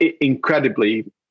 incredibly